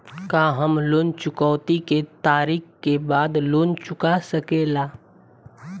का हम लोन चुकौती के तारीख के बाद लोन चूका सकेला?